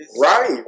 Right